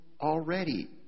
already